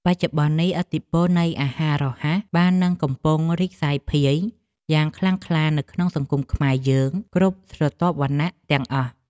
បច្ចុប្បន្ននេះឥទ្ធិពលនៃអាហាររហ័សបាននឹងកំពុងតែរីកសាយភាយយ៉ាងខ្លាំងក្លានៅក្នុងសង្គមខ្មែរយើងគ្រប់ស្រទាប់វណ្ណៈទាំងអស់។